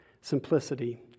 simplicity